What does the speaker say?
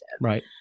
Right